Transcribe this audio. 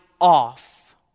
off